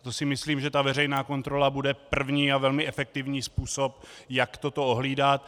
To si myslím, že veřejná kontrola bude první a velmi efektivní způsob, jak toto ohlídat.